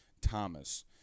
Thomas